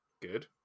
Good